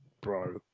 Bro